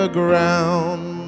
ground